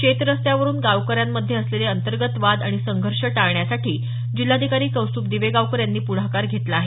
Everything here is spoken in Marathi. शेत रस्त्यावरून गावकऱ्यांमध्ये असलेले अंतर्गत वाद आणि संघर्ष टाळण्यासाठी जिल्हाधिकारी कौस्तुभ दिवेगावकर यांनी पुढाकार घेतला आहे